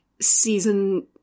season